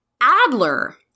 Adler –